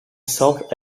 south